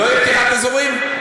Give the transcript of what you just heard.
לא תהיה פתיחת אזורים?